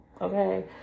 okay